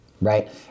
Right